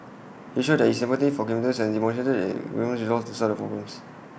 he showed his empathy for commuters and demonstrated the resolve to solve the problems